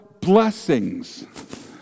blessings